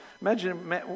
imagine